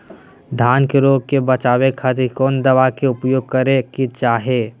धान के रोग से बचावे खातिर कौन दवा के उपयोग करें कि चाहे?